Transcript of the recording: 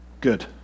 good